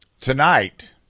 tonight